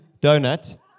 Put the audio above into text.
donut